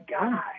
guy